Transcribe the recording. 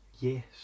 Yes